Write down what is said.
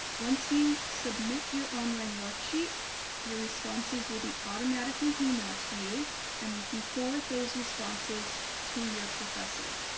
once you submit your online worksheet your responses will be automatically emailed to you and you can forward those responses to your professor.